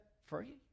free